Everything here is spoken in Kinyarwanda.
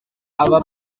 aba